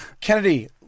Kennedy